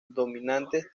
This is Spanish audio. dominantes